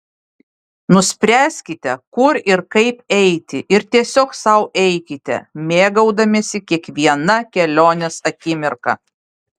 nuspręskite kur ir kaip eiti ir tiesiog sau eikite mėgaudamiesi kiekviena kelionės akimirka